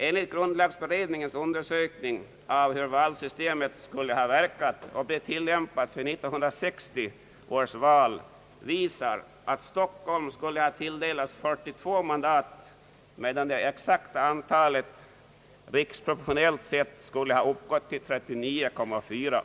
Enligt grundlagberedningens undersökning av hur valsystemet skulle ha verkat, om det tillämpats vid 1960 års val, visar att Stockholm skulle ha tilldelats 42 mandat, medan det exakta antalet riksproportionellt skulle ha uppgått till endast 39,4.